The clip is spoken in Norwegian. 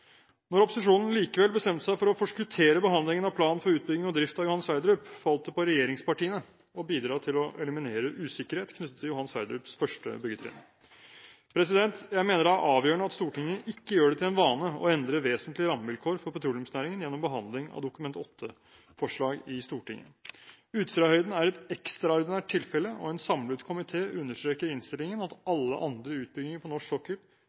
Når opposisjonen likevel bestemte seg for å forskuttere behandlingen av plan for utbygging og drift av Johan Sverdrup, falt det på regjeringspartiene å bidra til å eliminere usikkerhet knyttet til Johan Sverdrups første byggetrinn. Jeg mener det er avgjørende at Stortinget ikke gjør det til en vane å endre vesentlige rammevilkår for petroleumsnæringen gjennom behandling av Dokument 8-forslag i Stortinget. Utsirahøyden er et ekstraordinært tilfelle, og en samlet komité understreker i innstillingen at alle andre utbygginger på norsk sokkel